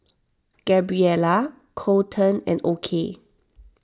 Gabriella Coleton and Okey